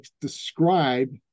describe